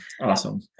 Awesome